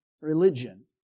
religion